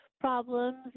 problems